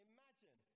Imagine